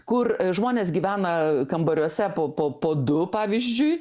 kur žmonės gyvena kambariuose po po po du pavyzdžiui